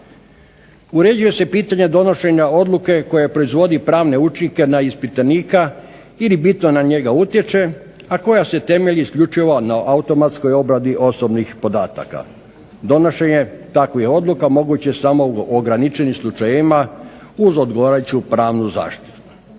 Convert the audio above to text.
Uređuje se pitanje donošenja odluke koja proizvodi pravne učinke na ispitanika ili bitno na njega utječe, a koja se temelji isključivo na automatskoj obradi osobnih podataka. Donošenje takvih odluka moguće je samo u ograničenim slučajevima uz odgovarajuću pravnu zaštitu.